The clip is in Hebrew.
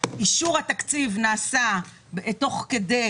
כשאישור התקציב נעשה תוך כדי,